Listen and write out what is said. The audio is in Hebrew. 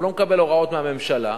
הוא לא מקבל הוראות מהממשלה.